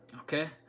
okay